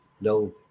no